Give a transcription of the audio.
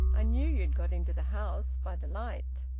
i knew you'd got into the house, by the light.